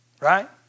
Right